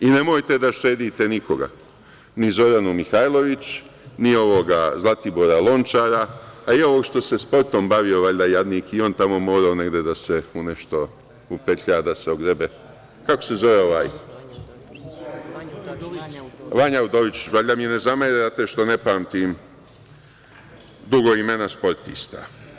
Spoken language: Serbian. Nemojte da štedite nikoga, ni Zoranu Mihajlović, ni ovoga Zlatibora Lončara, a i ovog što se sportom bavio, jadnik, i on tamo mora negde da se u nešto upetlja da se ogrebe, kako se zove, Vanja Udovičić, valjda mi ne zamerate što ne pamtim dugo imena sportista.